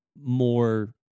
more